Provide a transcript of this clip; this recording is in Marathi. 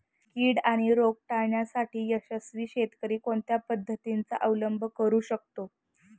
कीड आणि रोग टाळण्यासाठी यशस्वी शेतकरी कोणत्या पद्धतींचा अवलंब करू शकतो?